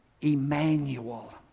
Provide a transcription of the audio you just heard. Emmanuel